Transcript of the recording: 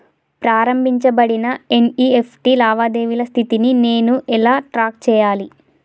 ప్రారంభించబడిన ఎన్.ఇ.ఎఫ్.టి లావాదేవీల స్థితిని నేను ఎలా ట్రాక్ చేయాలి?